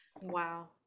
Wow